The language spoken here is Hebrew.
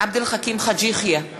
עבד אל חכים חאג' יחיא,